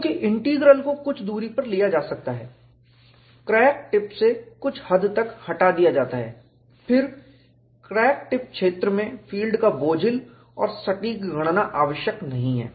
चूंकि इंटीग्रल को कुछ दूरी पर लिया जा सकता है क्रैक टिप से कुछ हद तक हटा दिया जाता है फिर क्रैक टिप क्षेत्र में फ़ील्ड का बोझिल और सटीक गणना आवश्यक नहीं है